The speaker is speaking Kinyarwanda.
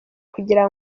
kugira